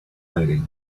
lady